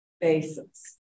basis